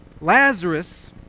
Lazarus